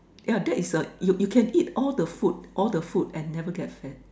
yeah that is a you can eat all the food all the food and never get fat